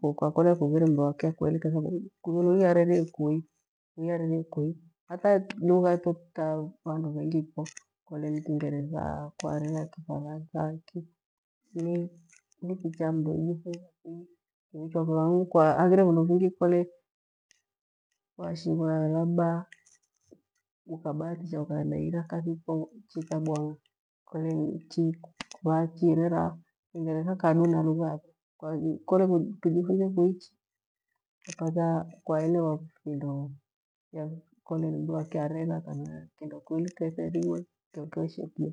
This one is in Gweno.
kukakolea kuura mru akyekuelekethaku iha arerie kui hata lugha. Lugha ito ta vandu vengi fo kwarera kingeretha, kifarantha, iki ni kicha mnu ijifunza thi kivichwa kyo hangu kwarera vindo vingi kole nchi vachirera kingeretha kadu na rugha yoro kole kujifunzie kuichi kwaelewa findo kole ni mru akyarera kana kindo kueleketheriwe kyokyoshe kiya.